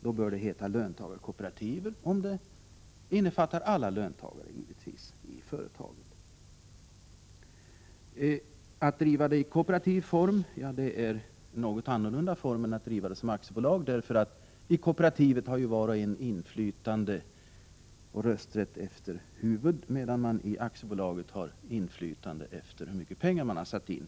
Då bör det heta löntagarkooperativ, om företaget innefattar alla anställda i företaget. Att driva företaget i kooperativets form är något annorlunda än att driva det som aktiebolag. I kooperativet har var och en inflytande och rösträtt efter huvud, medan man i ett aktiebolag har inflytande efter hur mycket pengar man har satt in.